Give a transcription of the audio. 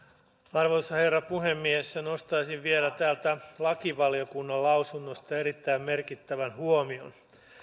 arvoisa herra puhemies nostaisin vielä lakivaliokunnan lausunnosta erittäin merkittävän huomion